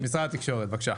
משרד התקשורת בבקשה.